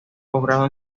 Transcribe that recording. postgrado